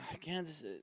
Kansas